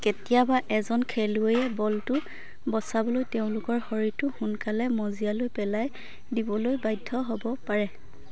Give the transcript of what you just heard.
কেতিয়াবা এজন খেলুৱৈয়ে বলটো বচাবলৈ তেওঁলোকৰ শৰীৰটো সোনকালে মজিয়ালৈ পেলাই দিবলৈ বাধ্য হ'ব পাৰে